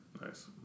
Nice